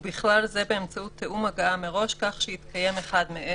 ובכלל זה באמצעות תיאום הגעה מראש כך שיתקיים אחד מאלה.